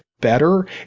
better